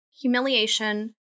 humiliation